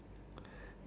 like you have like